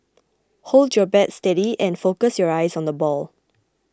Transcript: hold your bat steady and focus your eyes on the ball